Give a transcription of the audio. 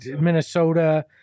Minnesota